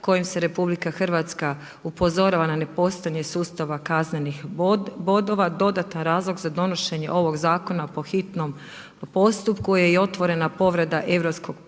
kojim se RH upozorava na nepostojanje sustava kaznenih bodova, dodatan razlog za donošenje ovog zakona po hitnom postupku je i otvorena povreda